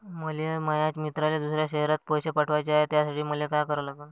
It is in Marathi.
मले माया मित्राले दुसऱ्या शयरात पैसे पाठवाचे हाय, त्यासाठी मले का करा लागन?